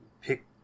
pick